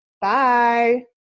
Bye